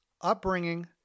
upbringing